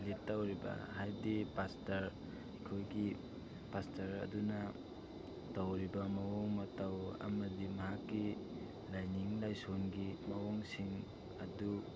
lead ꯇꯧꯔꯤꯕ ꯍꯥꯏꯕꯗꯤ pastor ꯑꯩꯈꯣꯏꯒꯤ ꯄꯥꯁꯇꯔ ꯑꯗꯨꯅ ꯇꯧꯔꯤꯕ ꯃꯑꯣꯡ ꯃꯇꯧ ꯑꯃꯗꯤ ꯃꯍꯥꯛꯀꯤ ꯂꯥꯏꯅꯤꯡ ꯂꯥꯏꯁꯣꯟꯒꯤ ꯃꯑꯣꯡꯁꯤꯡ ꯑꯗꯨ